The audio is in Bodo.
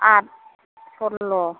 आथ सरल्ल'